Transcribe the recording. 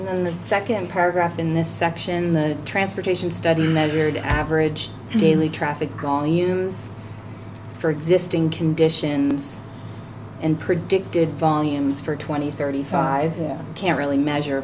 in the second paragraph in this section the transportation studies measured average daily traffic volumes for existing conditions and predicted volumes for twenty thirty five you can't really measure